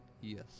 Yes